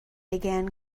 began